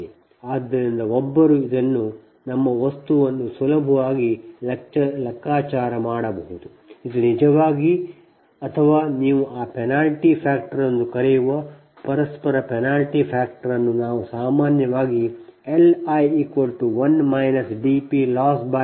ಆದ್ದರಿಂದ ಒಬ್ಬರು ಇದನ್ನು ನಮ್ಮ ವಸ್ತುವನ್ನು ಸುಲಭವಾಗಿ ಲೆಕ್ಕಾಚಾರ ಮಾಡಬಹುದು ಇದು ನಿಜವಾಗಿ ಇದು ಅಥವಾ ನೀವು ಆ ಪೆನಾಲ್ಟಿ ಫ್ಯಾಕ್ಟರ್ ಎಂದು ಕರೆಯುವ ಪರಸ್ಪರ ಪೆನಾಲ್ಟಿ ಫ್ಯಾಕ್ಟರ್ ಅನ್ನು ಸಾಮಾನ್ಯವಾಗಿ ನಾವು L i 1 dP Loss dP gi ತೆಗೆದುಕೊಂಡಿದ್ದೇವೆ